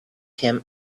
him